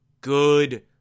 Good